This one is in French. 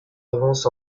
avance